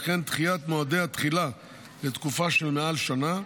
וכן דחיית מועדי התחילה לתקופה של מעל שנה,